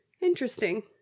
Interesting